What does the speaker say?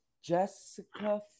Jessica